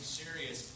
serious